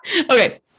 Okay